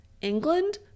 England